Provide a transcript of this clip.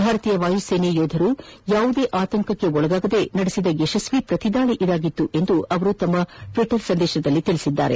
ಭಾರತೀಯ ವಾಯುಸೇನೆ ಯೋಧರು ಯಾವುದೇ ಆತಂಕಕ್ಕೊಳಗಾಗದೇ ನಡೆಸಿದ ಯಶಸ್ವೀ ಶ್ರತಿ ದಾಳಿ ಇದಾಗಿತ್ತು ಎಂದು ಅವರು ಟ್ವೀಟ್ ಮಾಡಿದ್ದಾರೆ